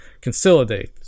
consolidate